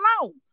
alone